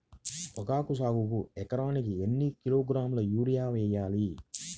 పొగాకు సాగుకు ఎకరానికి ఎన్ని కిలోగ్రాముల యూరియా వేయాలి?